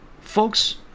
folks